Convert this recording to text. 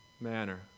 manner